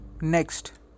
next